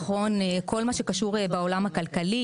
כל מה שקשור בעולם הכלכלי,